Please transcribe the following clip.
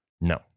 No